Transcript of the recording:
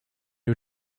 you